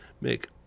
make